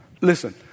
Listen